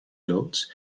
loods